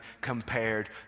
compared